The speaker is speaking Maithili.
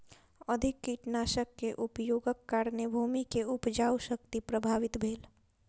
अधिक कीटनाशक के उपयोगक कारणेँ भूमि के उपजाऊ शक्ति प्रभावित भेल